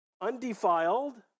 undefiled